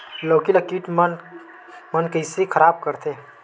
लौकी ला कीट मन कइसे खराब करथे?